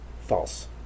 False